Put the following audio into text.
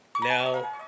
now